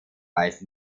meist